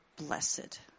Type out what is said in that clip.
blessed